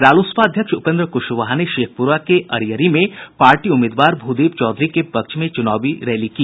रालोसपा अध्यक्ष उपेन्द्र कुशवाहा ने शेखपुरा के अरियरी में पार्टी उम्मीदवार भूदेव चौधरी के पक्ष में चुनावी रैली की